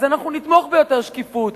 אז אנחנו נתמוך ביותר שקיפות.